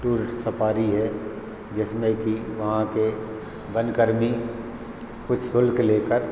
tourist safari है जिसमें कि वहाँ के वनकर्मी कुछ शुल्क लेकर